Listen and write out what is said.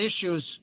issues